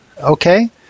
okay